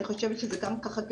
אני חושבת שזה גם כתוצאה